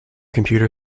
computer